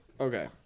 Okay